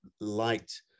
liked